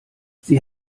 sie